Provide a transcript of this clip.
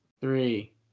three